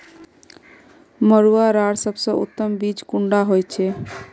मरुआ लार सबसे उत्तम बीज कुंडा होचए?